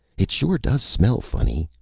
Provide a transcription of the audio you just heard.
it sure does smell funny.